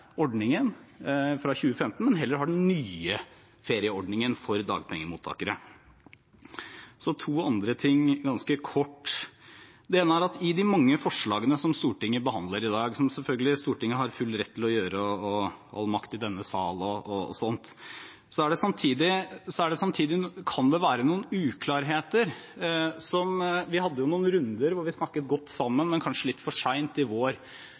ordningen fra 2015, men heller har den nye ferieordningen for dagpengemottakere. Så to andre ting ganske kort. Det ene er at i de mange forslagene Stortinget behandler i dag – som Stortinget selvfølgelig har full rett til å gjøre – all makt i denne sal, osv. – kan det samtidig være noen uklarheter. Vi hadde noen runder da vi snakket godt sammen, men kanskje litt for sent, i vår.